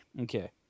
Okay